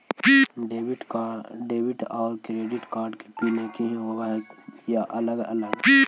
Debit और credit card के PIN एकही होव हइ या अलग अलग?